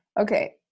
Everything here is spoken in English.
okay